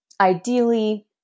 ideally